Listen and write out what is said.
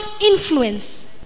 influence